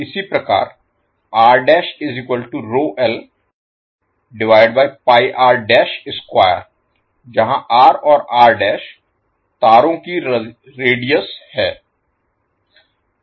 इसी प्रकार जहां और तारों की रेडियस है